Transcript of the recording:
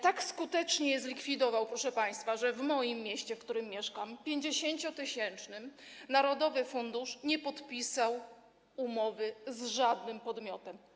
Tak skutecznie zlikwidował, proszę państwa, że w moim mieście, tym, w którym mieszkam, 50-tysięcznym, Narodowy Fundusz Zdrowia nie podpisał umowy z żadnym podmiotem.